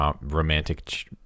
romantic